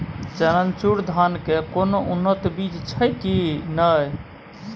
चननचूर धान के कोनो उन्नत बीज छै कि नय?